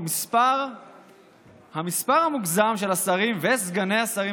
היא: 1. המספר המוגזם של השרים וסגני השרים